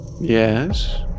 Yes